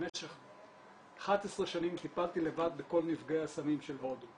במשך 11 שנים טיפלתי לבד בכל נפגעי הסמים של הודו.